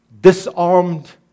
disarmed